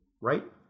Right